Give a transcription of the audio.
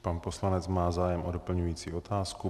Pan poslanec má zájem o doplňující otázku.